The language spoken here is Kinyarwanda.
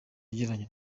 yagiranye